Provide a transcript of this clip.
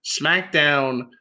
SmackDown